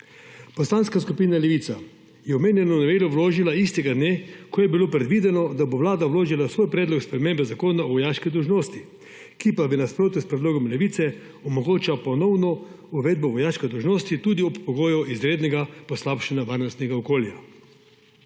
Poslanska skupina Levica je omenjeno novelo vložila istega dne, kot je bilo predvideno, da bo Vlada vložila svoj predlog spremembe Zakona o vojaški dolžnosti, ki pa bi v nasprotju s predlogom Levice omogočal ponovno uvedbo vojaške dolžnosti tudi ob pogoju izrednega poslabšanja varnostnega okolja.